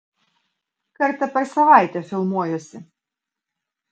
kartą per savaitę filmuojuosi